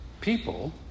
People